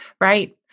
right